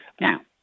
Now